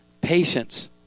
Patience